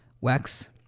Wax